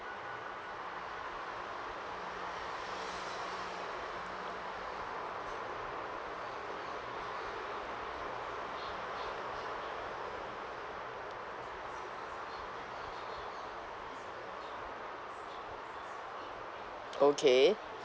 okay